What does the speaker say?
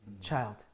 child